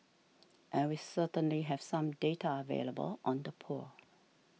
and we certainly have some data available on the poor